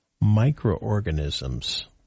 microorganisms